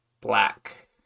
black